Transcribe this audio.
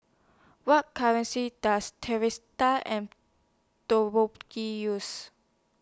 What currency Does and use